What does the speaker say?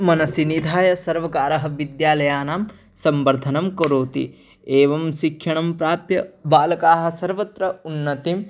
मनसि निधाय सर्वकारः विद्यालयानां संवर्धनं करोति एवं शिक्षणं प्राप्य बालकाः सर्वत्र उन्नतिं